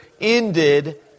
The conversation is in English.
ended